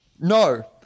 No